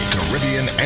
Caribbean